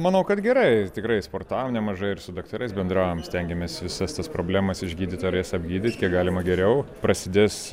manau kad gerai tikrai sportavom nemažai ir su daktarais bendravom stengėmės visas tas problemas išgydyt ar jas apgydyt kiek galima geriau prasidės